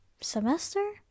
semester